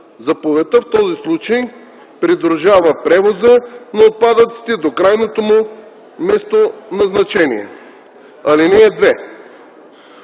Заповедта в този случай придружава превоза на отпадъците до крайното му местоназначение. (2)